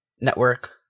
network